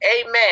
Amen